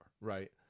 Right